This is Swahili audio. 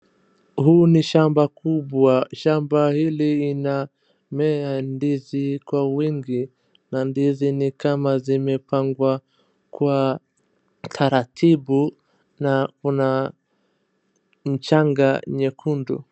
Huyu ni shamba kubwa. Shamba hili linamea ndizi kwa wingi, na ndizi ni kama zimepangwa kwa taratibu na kuna mchanga nyekundu.